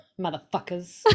Motherfuckers